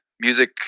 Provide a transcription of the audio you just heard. Music